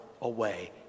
away